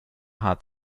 hart